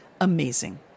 amazing